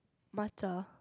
Matcha